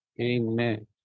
Amen